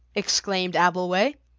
exclaimed abbleway.